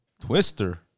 Twister